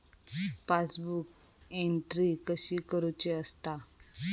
Passbook entry कशी करुची असता?